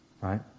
right